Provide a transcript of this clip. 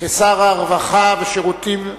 כשר הרווחה והשירותים החברתיים.